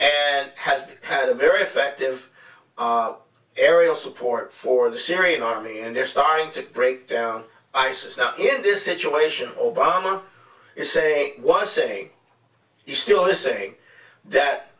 and has had a very effective aerial support for the syrian army and they're starting to break down isis not in this situation obama you say was saying you still are saying that